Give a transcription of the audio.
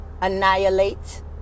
annihilate